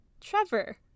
Trevor